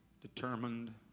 determined